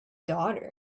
daughter